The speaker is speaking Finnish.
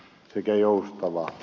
kannatan ed